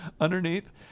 underneath